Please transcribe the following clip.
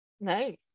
Nice